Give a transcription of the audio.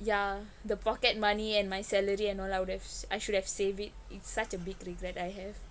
ya the pocket money and my salary and all I would have I should have saved it it's such a big regret I have